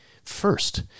first